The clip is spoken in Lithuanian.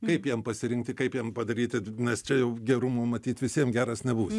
kaip jiem pasirinkti kaip jiem padaryti nes čia jau gerumo matyt visiem geras nebūsi